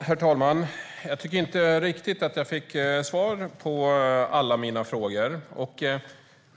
Herr talman! Jag tycker inte riktigt att jag fick svar på alla mina frågor.